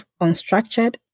unstructured